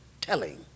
telling